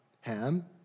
Ham